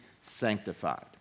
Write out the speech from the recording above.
sanctified